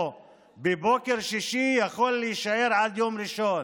בבוקר שישי יכול להישאר עד יום ראשון.